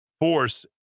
force